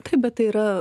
taip bet tai yra